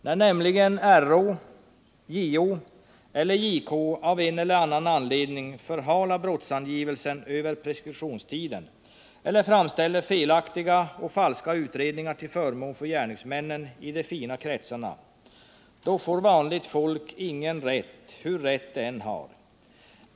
När nämligen RÅ, JO eller JK av en eller annan anledning förhalar brottsangivelser över preskriptionstiden eller framställer felaktiga och falska utredningar till förmån för gärningsmän i de fina kretsarna, då får vanligt folk ingen rätt, hur rätt de än har.